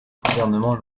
gouvernement